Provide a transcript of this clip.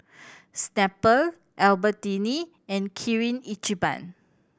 Snapple Albertini and Kirin Ichiban